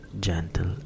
gentle